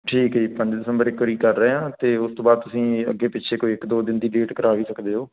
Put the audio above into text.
ਠੀਕ ਹੈ ਜੀ ਪੰਜ ਦਸੰਬਰ ਇੱਕ ਵਾਰੀ ਕਰ ਰਿਹਾ ਅਤੇ ਉਸ ਤੋਂ ਬਾਅਦ ਤੁਸੀਂ ਅੱਗੇ ਪਿੱਛੇ ਕੋਈ ਇੱਕ ਦੋ ਦਿਨ ਦੀ ਡੇਟ ਕਰਾ ਵੀ ਸਕਦੇ ਹੋ